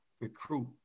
recruit